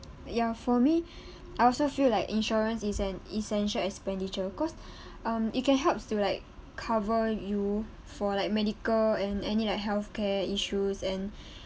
ya for me I also feel like insurance is an essential expenditure cause um it can helps to like cover you for like medical and any like health care issues and